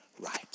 right